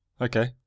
Okay